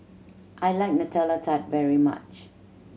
I like Nutella Tart very much